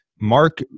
Mark